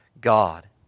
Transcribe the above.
God